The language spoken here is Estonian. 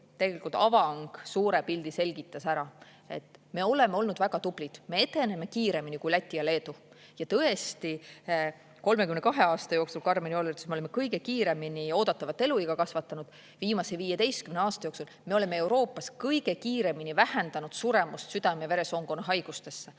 tegelikult suure pildi selgitas ära. Me oleme olnud väga tublid, me edeneme kiiremini kui Läti ja Leedu. Tõesti, 32 aasta jooksul, nagu Karmen Joller ütles, me oleme kõige kiiremini oodatavat eluiga kasvatanud. Viimase 15 aasta jooksul me oleme Euroopas kõige kiiremini vähendanud suremust südame-veresoonkonna haigustesse,